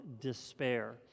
despair